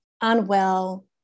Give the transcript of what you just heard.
unwell